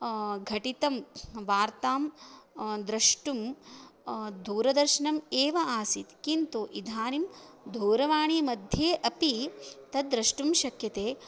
घटितं वार्तां द्रष्टुं दूरदर्शनम् एव आसीत् किन्तु इदानीं दूरवाणीमध्ये अपि तद्द्रष्टुं शक्यते